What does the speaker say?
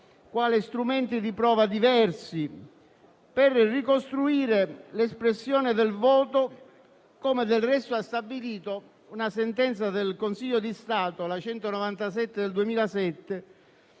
quali strumenti di prova diversi per ricostruire l'espressione del voto, come del resto ha stabilito la sentenza n. 197 del 2007